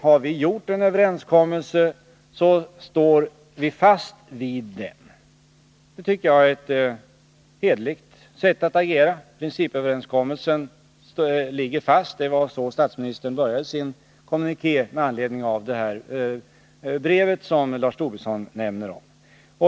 Har vi träffat en överenskommelse, står vi fast vid den. Det tycker jag är ett hederligt sätt att agera. Principöverenskommelsen ligger fast — det var så statsministern började sin kommuniké med anledning av det brev som Lars Tobisson nämnde.